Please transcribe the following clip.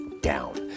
down